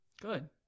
Good